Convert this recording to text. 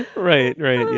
right. right.